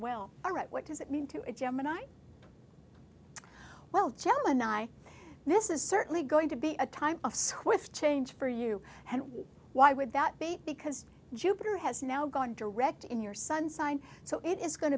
well all right what does it mean to a gemini well gemini this is certainly going to be a time of swift change for you and why would that be because jupiter has now gone direct in your sun sign so it is going